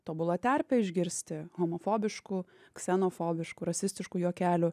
tobula terpė išgirsti homofobiškų ksenofobiškų rasistiškų juokelių